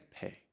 pay